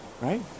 Right